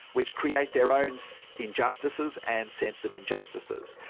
which create their own so injustices and sense of injustices.